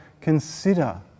consider